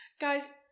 guys